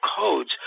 codes